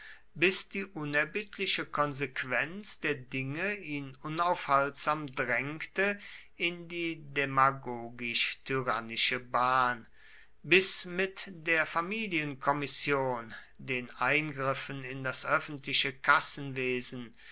bis die unerbittliche konsequenz der dinge ihn unaufhaltsam drängte in die demagogisch tyrannische bahn bis mit der familienkommission den eingriffen in das öffentliche kassenwesen